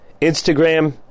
Instagram